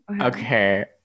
okay